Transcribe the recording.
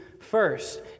first